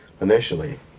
initially